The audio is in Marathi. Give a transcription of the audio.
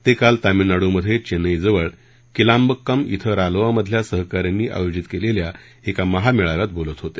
ते काल तामिळनाडूमध्ये चेन्नईजवळ किलाम्बक्कम इथं रालोआमधल्या सहकाऱ्यांनी आयोजित केलेल्या एका महामेळाव्यात बोलत होते